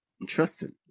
Interesting